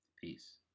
Peace